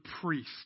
priest